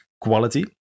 quality